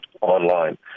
online